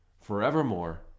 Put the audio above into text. forevermore